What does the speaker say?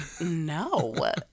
No